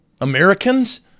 Americans